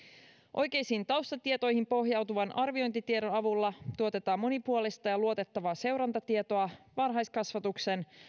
oikeisiin taustatietoihin pohjautuvan arviointitiedon avulla tuotetaan monipuolista ja luotettavaa seurantatietoa varhaiskasvatuksen